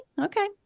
Okay